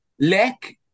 Lack